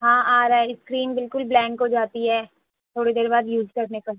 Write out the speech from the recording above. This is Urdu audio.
ہاں آ رہا ہے اسکرین بالکل بلینک ہو جاتی ہے تھوڑی دیر بعد یوز کرنے پر